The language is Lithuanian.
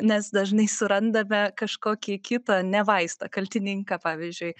nes dažnai surandame kažkokį kitą ne vaistą kaltininką pavyzdžiui